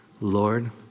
Lord